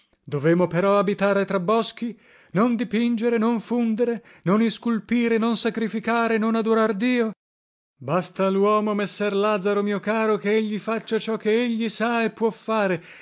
dovemo però abitare tra boschi non dipingere non fundere non isculpire non sacrificare non adorar dio basta a luomo messer lazaro mio caro che egli faccia ciò che egli sa e può fare